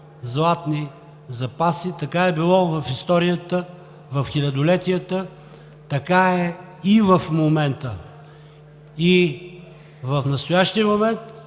златни запаси – така е било в историята, в хилядолетията, така е и в момента, и в настоящия момент